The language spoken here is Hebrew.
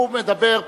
הוא מדבר פה,